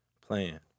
plan